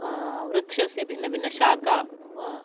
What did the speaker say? वृक्षस्य भिन्नभिन्नशाखा